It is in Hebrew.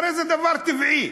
הרי זה דבר טבעי.